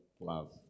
love